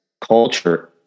culture